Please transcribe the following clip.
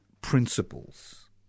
principles